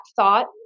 thought